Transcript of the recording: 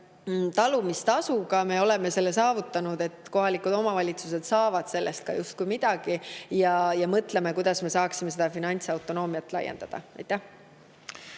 talumise tasuga me oleme selle saavutanud, et kohalikud omavalitsused justkui saavad sellest ka midagi. Ja me mõtleme, kuidas me saaksime seda finantsautonoomiat laiendada. Aitäh!